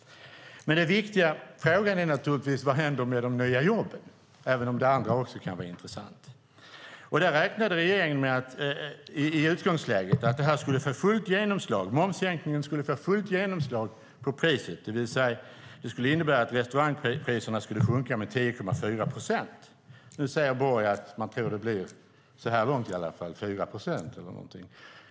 Den viktiga frågan, även om det andra också kan vara intressant, är naturligtvis: Vad händer med de nya jobben? Där räknade regeringen i utgångsläget med att momssänkningen skulle få fullt genomslag på priset, det vill säga att den skulle innebära att restaurangpriserna skulle sjunka med 10,4 procent. Nu säger Borg att man, så här långt i alla fall, tror att det blir ungefär 4 procent.